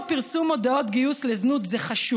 הזה.